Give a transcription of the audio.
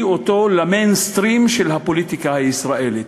אותו ל"מיינסטרים" של הפוליטיקה הישראלית.